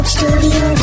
Studio